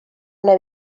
una